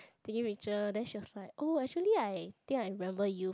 taking picture then she was like oh actually I think I remember you